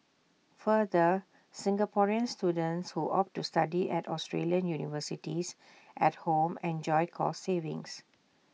further Singaporean students who opt to study at Australian universities at home enjoy cost savings